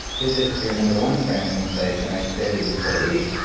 visit your number one friend and say, can i stay with you for a week?